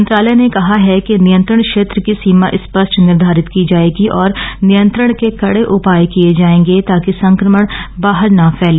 मंत्रालय ने कहा है कि नियंत्रण क्षेत्र की सीमा स्पष्ट निर्धारित की जाएगी और नियंत्रण के कई उपाय किए जाएंगे ताकि संक्रमण बाहर न फैले